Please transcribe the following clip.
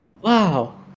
Wow